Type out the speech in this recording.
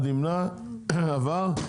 והנושא האחרון, זה אותו תיקון עקיף, בעצם